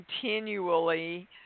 continually